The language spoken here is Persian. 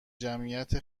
جمعیت